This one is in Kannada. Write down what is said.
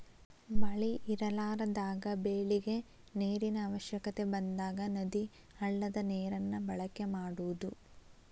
ಮಳಿ ಇರಲಾರದಾಗ ಬೆಳಿಗೆ ನೇರಿನ ಅವಶ್ಯಕತೆ ಬಂದಾಗ ನದಿ, ಹಳ್ಳದ ನೇರನ್ನ ಬಳಕೆ ಮಾಡುದು